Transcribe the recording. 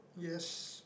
yes